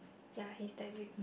ya he's that wheel